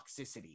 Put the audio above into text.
toxicity